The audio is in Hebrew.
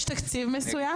יש תקציב מסוים,